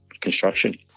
construction